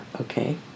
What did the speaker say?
okay